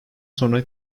sonra